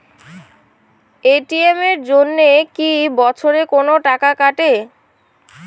ATM এর জন্যে কি বছরে কোনো টাকা কাটে?